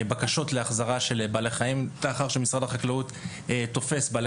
בקשות להחזרה של בעלי חיים לאחר שמשרד החקלאות תופס בעלי